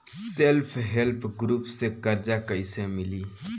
Self help group से कर्जा कईसे मिली?